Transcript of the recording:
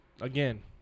again